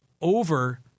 over